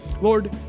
Lord